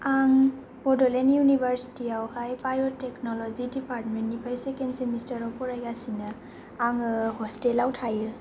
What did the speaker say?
आं बड'लेण्ड इउनिभारसिटिआवहाय बाय'टेक्टन'लजि डिपार्टमेन्टनिफ्राय सेकेण्ड सेमेसतारआव फरायगासिनो आङो हसथेलाव थायो